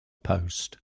post